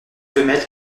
femelles